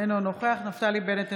אינו נוכח נפתלי בנט,